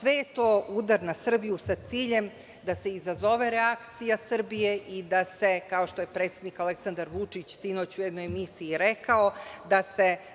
Sve je to udar na Srbiju sa ciljem da se izazove reakcija Srbije i da se, kao što je predsednik Aleksandar Vučić u jednoj emisiji sinoć rekao,